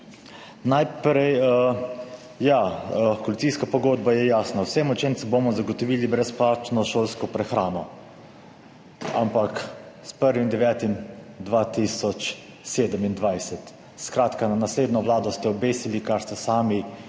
Najprej, ja, koalicijska pogodba je jasna – vsem učencem bomo zagotovili brezplačno šolsko prehrano, ampak s 1. 9. 2027. Skratka, na naslednjo vlado ste obesili, kar ste sami